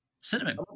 cinnamon